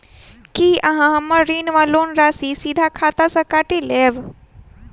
की अहाँ हम्मर ऋण वा लोन राशि सीधा खाता सँ काटि लेबऽ?